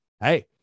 hey